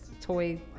toy